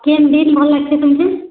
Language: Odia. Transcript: କେନ୍ ଦିନ୍ ଭଲ୍ ଲାଗ୍ସି ତମ୍କେ